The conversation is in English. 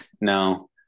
No